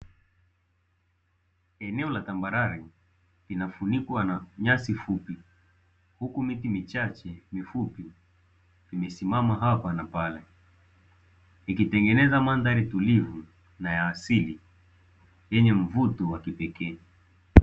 Eneo la tambarare linafunikwa na nyasi fupi huku miti michache mifupi imesimama hapa na pale, ikitengeneza mandhari tulivu na ya asili yenye mvuto wa kipekee.